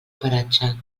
paratge